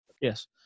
Yes